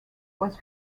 was